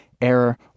error